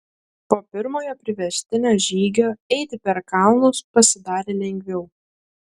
po pirmojo priverstinio žygio eiti per kalnus pasidarė lengviau